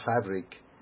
fabric